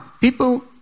people